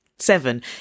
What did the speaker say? seven